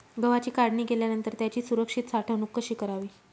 गव्हाची काढणी केल्यानंतर त्याची सुरक्षित साठवणूक कशी करावी?